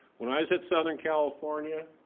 when i was at southern california,